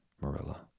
Marilla